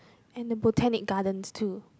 and the Botanic-Gardens too